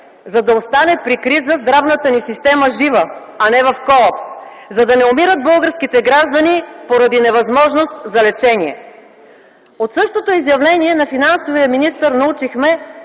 за да остане при криза здравната ни система жива, а не в колапс; за да не умират българските граждани, поради невъзможност за лечение. От същото изявление на финансовия министър научихме,